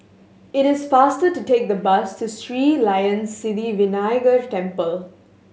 it is faster to take the bus to Sri Layan Sithi Vinayagar Temple